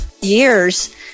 years